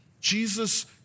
Jesus